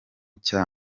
cya